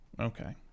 Okay